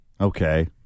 Okay